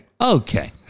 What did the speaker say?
Okay